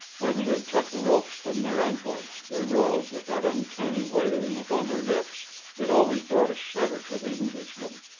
when he had cut the ropes from their ankles they rose with that uncanny wailing upon their lips that always brought a shudder to the englishman,